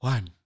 One